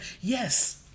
yes